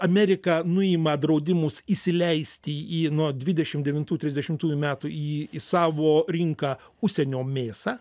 amerika nuima draudimus įsileisti į nuo dvidešim devintų trisdešimtųjų metų į į savo rinką užsienio mėsą